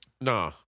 Nah